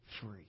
free